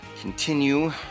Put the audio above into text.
continue